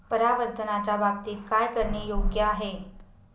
परावर्तनाच्या बाबतीत काय करणे योग्य आहे